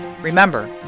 Remember